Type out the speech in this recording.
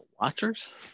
watchers